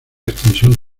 extensión